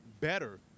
better